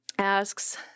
Asks